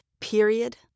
period